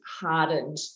hardened